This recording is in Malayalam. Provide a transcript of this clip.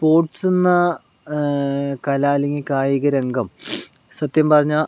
സ്പോർട്ട്സെന്ന കല അല്ലെങ്കിൽ കായിക രംഗം സത്യം പറഞ്ഞാൽ